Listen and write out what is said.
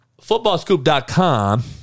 footballscoop.com